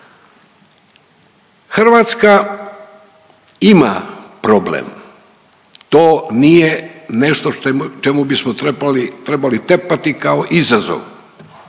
Hrvatska ima problem, to nije nešto čemu bismo trebali, trebali tepati kao izazov,